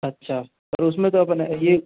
अच्छा पर उसमें तो अपने ये